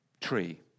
Tree